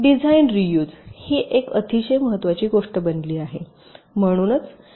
design reuse ही एक अतिशय महत्वाची गोष्ट बनली आहे